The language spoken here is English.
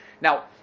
Now